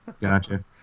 gotcha